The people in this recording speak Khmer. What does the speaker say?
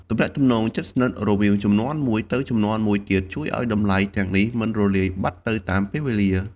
ទំនាក់ទំនងជិតស្និទ្ធរវាងជំនាន់មួយទៅជំនាន់មួយទៀតជួយឲ្យតម្លៃទាំងនេះមិនរលាយបាត់ទៅតាមពេលវេលា។